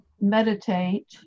meditate